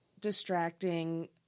Distracting